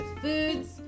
foods